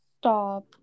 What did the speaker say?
Stop